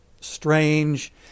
strange